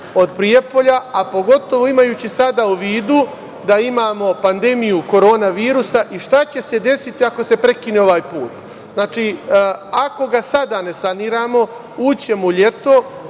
od Prijepolja, a pogotovo imajući sada u vidu da imamo pandemiju korona virusa. Šta će se desiti ako se prekine ovaj put? Ako ga sada ne saniramo, ući ćemo u leto,